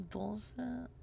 Bullshit